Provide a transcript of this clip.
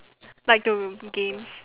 like to games